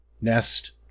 nest